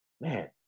man